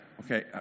Okay